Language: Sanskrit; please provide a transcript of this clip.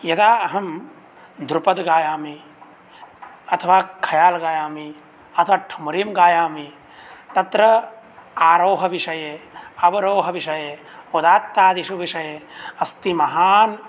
यदा अहं द्रुपदं गायामि अथवा खयाल् गायामि अथवा ठुम्रीं गायामि तत्र आरोहविषये अवरोहविषये उदात्तादिषु विषये अस्ति महान्